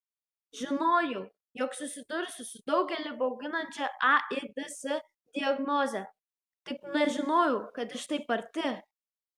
žinojau jog susidursiu su daugelį bauginančia aids diagnoze tik nežinojau kad iš taip arti